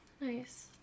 Nice